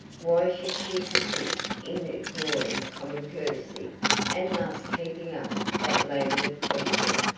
why should she persist in ignoring common courtesy and thus keeping up that lambert question?